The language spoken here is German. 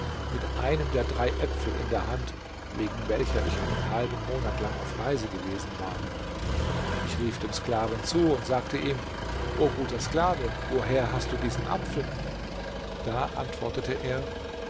mit einem der drei äpfel in der hand wegen welcher ich einen halben monat lang auf der reise gewesen war ich rief dem sklaven zu und sagte ihm o guter sklave woher hast du diesen apfel da antwortete er